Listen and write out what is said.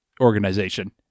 organization